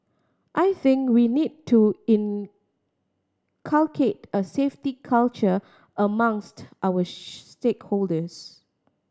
I think we need to inculcate a safety culture amongst our stakeholders